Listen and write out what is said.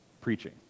preaching